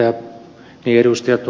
orpo ja ed